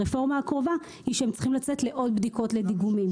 הרפורמה הקרובה היא שהם צריכים לצאת לעוד בדיקות לדיגומים.